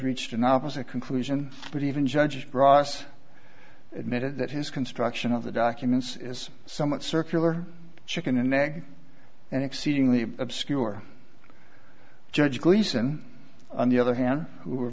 reached an opposite conclusion but even judge ross admitted that his construction of the documents is somewhat circular chicken and egg and exceedingly obscure judge gleason on the other hand who were